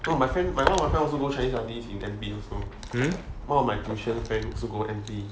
no my friend my one friend also go chinese studies in N_P also one of my tuition friend